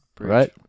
Right